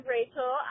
Rachel